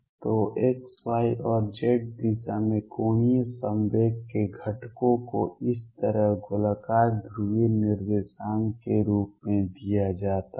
तो x y और z दिशा में कोणीय संवेग के घटकों को इस तरह गोलाकार ध्रुवीय निर्देशांक के रूप में दिया जाता है